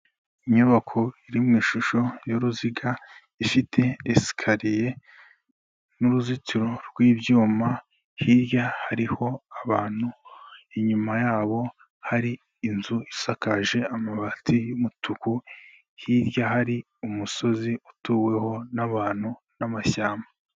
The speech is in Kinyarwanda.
Inyubako iri mu ishusho y'uruziga, ifite isikariye n'uruzitiro rw'ibyuma, hirya hariho abantu, inyuma yabo hari inzu isakaje amabati y:umutuku, hirya hari umusozi utuweho n'abantu n'amashyamba.